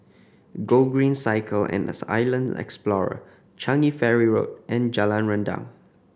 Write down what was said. Gogreen Cycle and Island Explorer Changi Ferry Road and Jalan Rendang